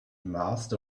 master